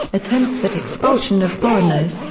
attempts at expulsion of foreigners,